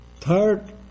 Third